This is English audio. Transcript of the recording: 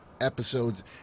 episodes